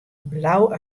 blau